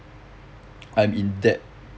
I'm in debt